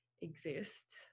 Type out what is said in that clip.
exist